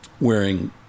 wearing